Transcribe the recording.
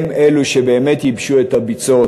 הם אלו שבאמת ייבשו את הביצות